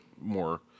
more